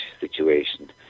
situation